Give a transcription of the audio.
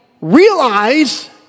realize